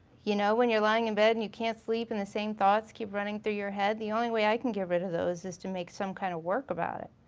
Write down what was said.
you know, when you're lying in bed and you can't sleep and the same thoughts keep running through your head? the only way i can get rid of those is to make some kind of work about it.